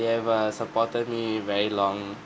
that have err supported me very long